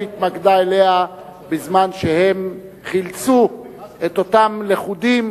התמקדה אליה בזמן שהם חילצו את אותם לכודים,